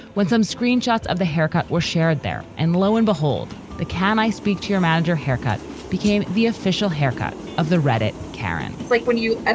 when some screenshots of the haircut were shared there and lo and behold, the can i speak to your manager haircut became the official haircut of the redit karen it's like when you and